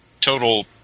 total